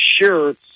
sure